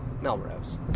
Melrose